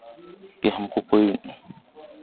कि हमको कोई